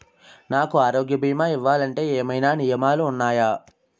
నాకు ఆరోగ్య భీమా ఇవ్వాలంటే ఏమైనా నియమాలు వున్నాయా?